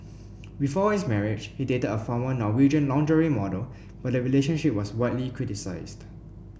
before his marriage he dated a former Norwegian lingerie model but the relationship was widely criticised